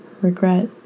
regret